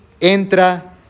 entra